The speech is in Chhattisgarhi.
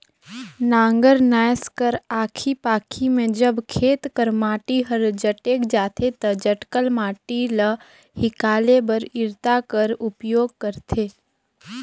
नांगर नाएस कर आखी पाखी मे जब खेत कर माटी हर जटेक जाथे ता जटकल माटी ल हिकाले बर इरता कर उपियोग करथे